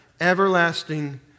everlasting